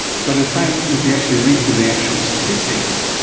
but in fact if you actually read through the actual statistics,